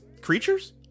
creatures